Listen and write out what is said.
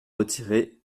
retiré